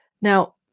Now